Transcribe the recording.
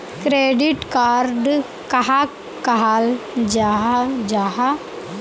Credit card कहाक कहाल जाहा जाहा?